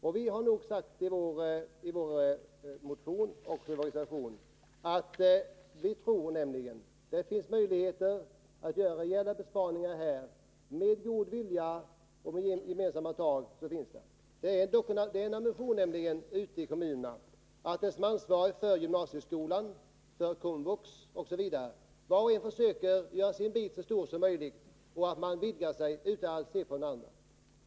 Och vi har anfört i vår motion och i reservationen att vi tror att man kan göra rejäla besparingar om man visar god vilja och tar gemensamma tag. Det är nämligen fråga om en ambition ute i kommunerna hos dem som är ansvariga för gymnasieskolan, för KOMVUX osv. Var och en försöker göra sin bit så stor som möjligt och utvidga sin verksamhet utan att se på de andra.